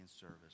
service